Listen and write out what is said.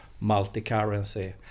multi-currency